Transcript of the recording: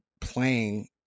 playing